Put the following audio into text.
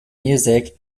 music